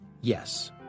yes